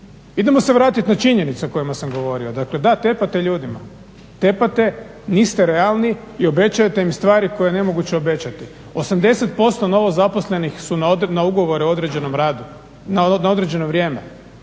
Idemo se vratiti na činjenice o kojima sam govorio. Dakle, da tepate ljudima. Tepate, niste realni i obećavate im stvari koje je nemoguće obećati. 80% novozaposlenih su na ugovore o određenom radu, na određeno vrijeme.